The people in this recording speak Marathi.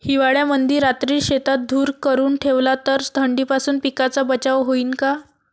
हिवाळ्यामंदी रात्री शेतात धुर करून ठेवला तर थंडीपासून पिकाचा बचाव होईन का?